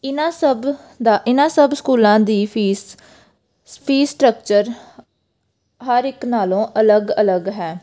ਇਹਨਾਂ ਸਭ ਦਾ ਇਹਨਾਂ ਸਭ ਸਕੂਲਾਂ ਦੀ ਫੀਸ ਫੀਸ ਸਟਰਕਚਰ ਹਰ ਇੱਕ ਨਾਲੋਂ ਅਲੱਗ ਅਲੱਗ ਹੈ